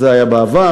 זה היה בעבר,